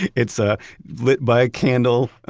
it's ah lit by a candle.